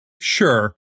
sure